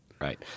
Right